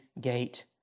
gate